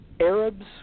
Arabs